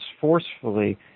forcefully